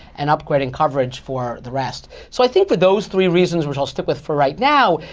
and upgrading coverage for the rest. so i think for those three reasons, which i'll stick with for right now,